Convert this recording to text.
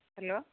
hello